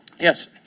Yes